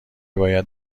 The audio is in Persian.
باید